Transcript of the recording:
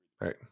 right